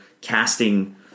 casting